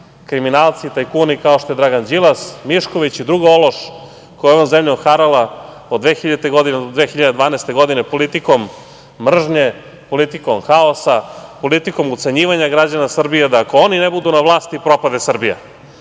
kriminalci i tajkuni kao što je Dragan Đilas, Mišković i druga ološ koja je ovom zemljom harala od 2000. do 2012. godine, politikom mržnje, politikom haosa, politikom ucenjivanja građana Srbije da ako oni ne budu na vlasti, propade Srbija. Što